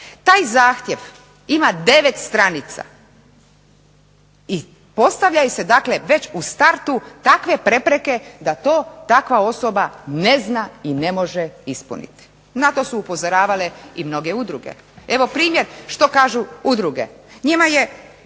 Taj zahtjev ima 9 stranica i postavljaju se dakle već u startu takve prepreke da to takva osoba ne zna i ne može ispuniti. Na to su upozoravale i mnoge udruge. Evo primjer što kažu udruge. Njima je,